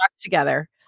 together